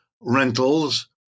rentals